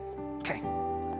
Okay